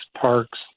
parks